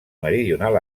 meridional